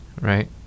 Right